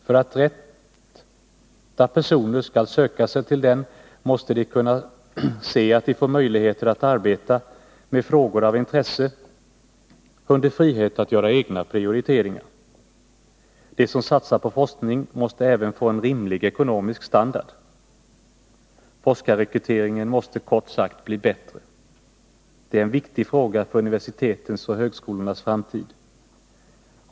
För att de rätta personerna skall söka sig till den måste de kunna se att de får möjligheter att arbeta med frågor av intresse under frihet att göra egna prioriteringar. De som satsar på forskning måste även få en rimlig ekonomisk standard. Forskarrekryteringen måste kort sagt bli bättre. Det är en viktig fråga för universitetens och högskolornas framtid.